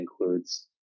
includes